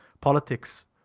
politics